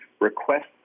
request